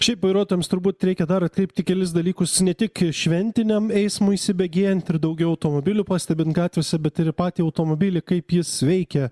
šiaip vairuotojams turbūt reikia dar atkreipt į kelis dalykus ne tik šventiniam eismui įsibėgėjant ir daugiau automobilių pastebint gatvėse bet ir į patį automobilį kaip jis veikia